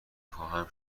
خواهم